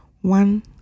one